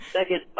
Second